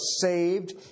saved